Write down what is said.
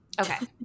Okay